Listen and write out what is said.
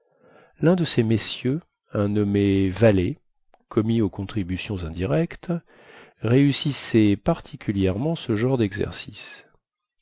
lun de ces messieurs un nommé vallée commis aux contributions indirectes réussissait particulièrement ce genre dexercice